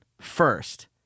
First